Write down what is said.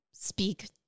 speak